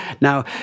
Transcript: Now